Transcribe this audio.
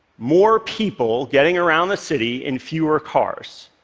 more people getting around the city in fewer cars,